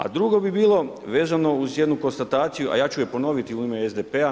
A drugo bi bilo vezano uz jednu konstataciju, a ja ću je ponoviti u ime SDP-a.